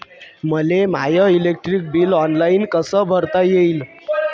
मले माय electric bill online कस भरता येईन?